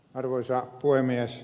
arvoisa puhemies